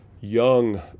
young